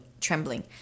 trembling